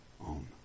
on